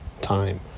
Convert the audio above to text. time